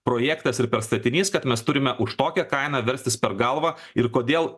projektas ir per statinys kad mes turime už tokią kainą verstis per galvą ir kodėl